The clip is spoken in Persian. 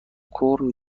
کورن